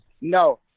No